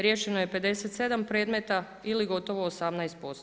Riješeno je 57 predmeta ili gotovo 18%